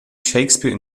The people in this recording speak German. shakespeare